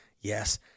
yes